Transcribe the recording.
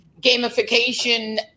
gamification